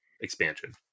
expansion